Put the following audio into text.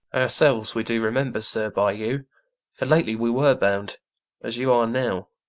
ourselves we do remember, sir, by you for lately we were bound as you are now.